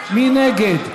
מי נגד?